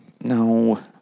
No